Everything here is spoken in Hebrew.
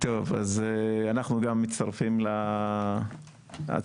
אז אנחנו גם מצטרפים להצעה.